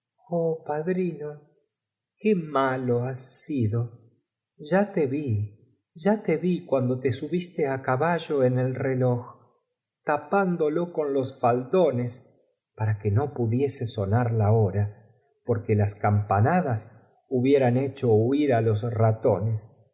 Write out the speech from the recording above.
oh padrino qué malo has sido ya te vi ya te vi cuand o te subist e a caballo en el reloj tapándolo con los faldones para que no pudiese sonar la hora porqu o las campa nadas hubier an hecho huir á los ratones